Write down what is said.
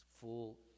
full